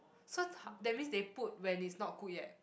so h~ that means they put when it's not cooked yet